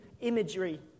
imagery